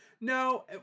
No